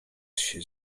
się